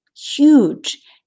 huge